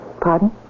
Pardon